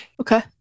Okay